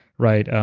right?